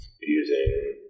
using